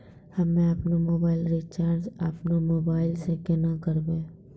हम्मे आपनौ mobile recharge आपनौ मोबाइल से केना करवै?